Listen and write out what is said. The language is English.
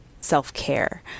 self-care